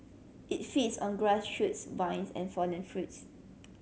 it feeds on grass shoots vines and fallen fruits